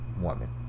woman